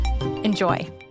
Enjoy